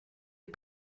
des